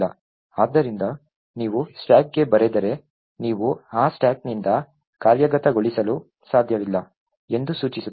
ಆದ್ದರಿಂದ ನೀವು ಸ್ಟಾಕ್ಗೆ ಬರೆದರೆ ನೀವು ಆ ಸ್ಟಾಕ್ನಿಂದ ಕಾರ್ಯಗತಗೊಳಿಸಲು ಸಾಧ್ಯವಿಲ್ಲ ಎಂದು ಸೂಚಿಸುತ್ತದೆ